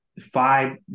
five